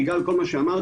בגלל כל מה שאמרתי,